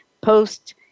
post